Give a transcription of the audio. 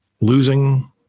losing